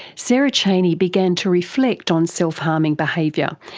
sarah chaney began to reflect on self-harming behaviour,